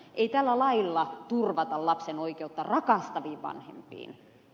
ei tällä lailla turvata lapsen oikeutta rakastaviin vanhempiin